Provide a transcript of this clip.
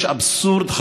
יש אבסורד מאוד גדול,